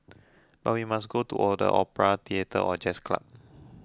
but we must go to or the opera theatre or jazz club